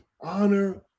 honor